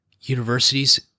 universities